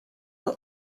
will